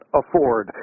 afford